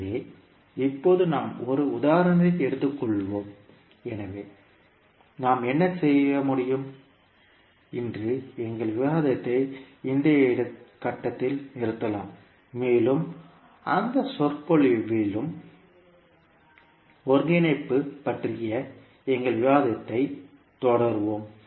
எனவே இப்போது நாம் ஒரு உதாரணத்தை எடுத்துக்கொள்வோம் எனவே நாம் என்ன செய்ய முடியும் இன்று எங்கள் விவாதத்தை இந்த கட்டத்தில் நிறுத்தலாம் மேலும் அடுத்த சொற்பொழிவிலும் ஒருங்கிணைப்பு பற்றிய எங்கள் விவாதத்தைத் தொடருவோம்